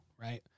right